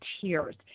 tears